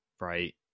right